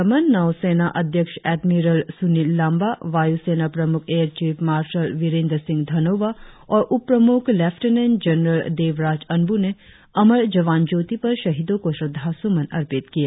रक्षामंत्री निर्मला सीतारामन नौसेनाध्यक्ष एडमिरल सुनील लांबा वायुसेना प्रमुख air chief marshal Birender Singh Dhanoa और उपप्रमुख लेफ्टिनेंट जरनल देवराज अनबू ने अमर जवान ज्योति पर शहीदों को श्रद्धासुमन अर्पित किए